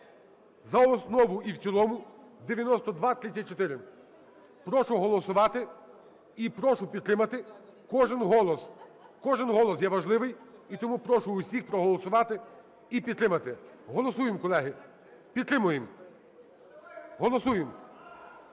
за основу і в цілому (9234). Прошу голосувати і прошу підтримати, кожен голос, кожен голос є важливий, і тому прошу всіх проголосувати і підтримати. Голосуємо, колеги, підтримуємо! Голосуємо!